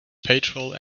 petrol